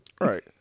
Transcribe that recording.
Right